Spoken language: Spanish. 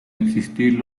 existir